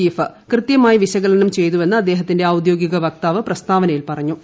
chief കൃത്യമായി വിശകലനം ചെയ്തുവെന്ന് അദ്ദേഹത്തിന്റെ ഔദ്യോഗിക വക്താവ് പ്രസ്താവനയിൽ പറഞ്ഞു